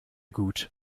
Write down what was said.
gut